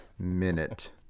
Minute